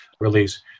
release